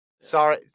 Sorry